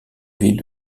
ville